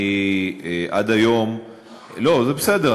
אני עד היום ------ לא, זה בסדר.